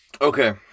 Okay